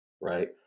right